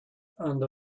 and